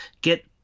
get